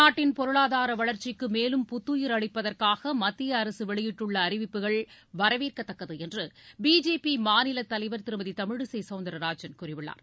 நாட்டின் பொருளாதார வளர்ச்சிக்கு மேலும் புத்துயிர் அளிப்பதற்காக மத்திய அரசு வெளியிட்டுள்ள அறிவிப்புகள் வரவேற்கத்தக்கது என்று பிஜேபி மாநில தலைவர் திருமதி தமிழிசை சவுந்தரராஜன் கூறியுள்ளார்